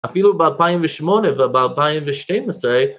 אפילו ב-2008 וב-2012